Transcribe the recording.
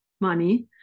money